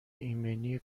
ایمنی